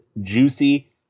juicy